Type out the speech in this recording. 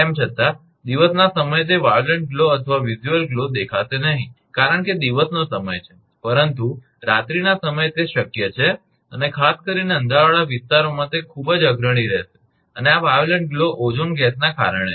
તેમ છતાં દિવસના સમયે તે વાયોલેટ ગ્લો અથવા વિઝ્યુઅલ ગ્લો દેખાશે નહીં કારણ કે દિવસનો સમય છે પરંતુ રાત્રિના સમયે તે શક્ય છે અને ખાસ કરીને અંધારાવાળા વિસ્તારોમાં તે ખૂબ જ અગ્રણી રહેશે અને આ વાયોલેટ ગ્લો ઓઝોન ગેસને કારણે છે